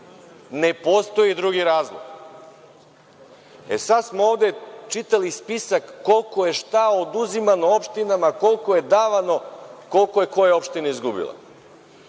Ne postoji drugi razlog. Sada smo ovde čitali spisak koliko je šta oduzimano opštinama, koliko je davano, koliko je koja opština izgubila.